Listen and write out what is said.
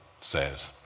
says